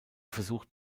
versucht